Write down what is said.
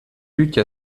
luke